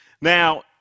Now